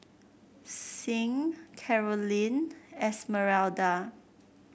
Sing Carolyne Esmeralda